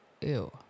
Ew